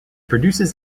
produces